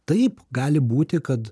taip gali būti kad